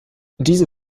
diese